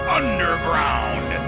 underground